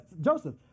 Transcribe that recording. Joseph